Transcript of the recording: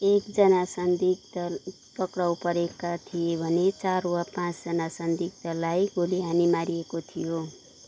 एकजना संदिग्ध पक्राउ परेका थिए भने चार वा पाँच जना संदिग्धलाई गोली हानी मारिएको थियो